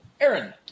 Aaron